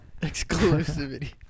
Exclusivity